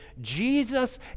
Jesus